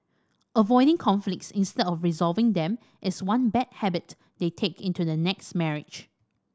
avoiding conflicts instead of resolving them is one bad habit they take into the next marriage